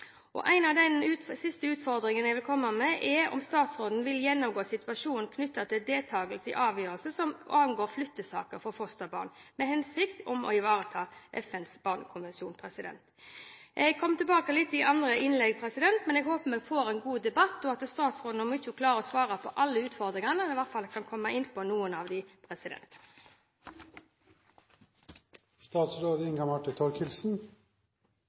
siste utfordringene jeg vil komme med, er om statsråden vil gjennomgå situasjonen knyttet til deltakelse i avgjørelser som angår flyttesaker for fosterbarn, i den hensikt å ivareta FNs barnekonvensjon. Jeg kommer tilbake med mer i andre innlegg, men jeg håper vi får en god debatt og at statsråden, om hun ikke klarer å svare på alle utfordringene, i hvert fall kan komme inn på noen av